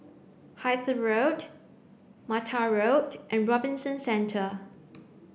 Hythe Road Mattar Road and Robinson Centre